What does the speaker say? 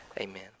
Amen